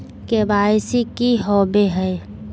KYC की हॉबे हय?